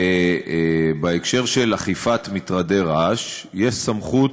בהקשר של אכיפה במטרדי רעש יש סמכות,